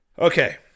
Okay